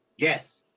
Yes